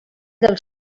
dels